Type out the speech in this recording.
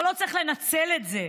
אבל לא צריך לנצל את זה,